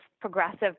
progressive